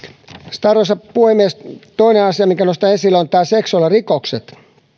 sitten arvoisa puhemies toinen asia minkä nostan esille on seksuaalirikokset